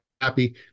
happy